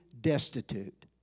destitute